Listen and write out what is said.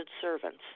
servants